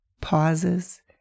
pauses